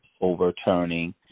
overturning